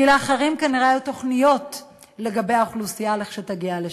כי לאחרים כנראה היו תוכניות לגבי האוכלוסייה לכשתגיע לשם.